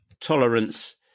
tolerance